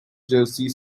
jersey